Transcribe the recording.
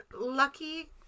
lucky